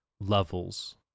levels